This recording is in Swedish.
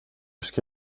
ska